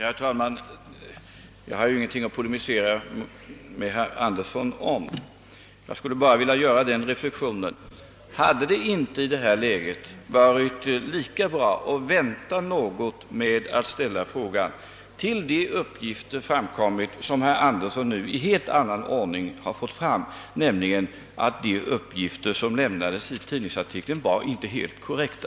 Herr talman! Jag har ingenting att polemisera med herr Andersson om. Jag undrar bara om det inte i detta läge hade varit bättre att vänta något med att ställa frågan tills de uppgifter framkommit, vilka herr Andersson nu i helt annan ordning har fått fram, nämligen att de i tidningsartikeln lämnade informationerna inte var helt korrekta.